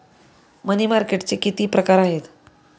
मनी मार्केटचे किती प्रकार आहेत?